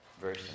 verse